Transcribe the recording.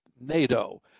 NATO